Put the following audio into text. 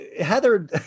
Heather